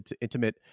intimate